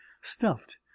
stuffed